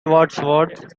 wadsworth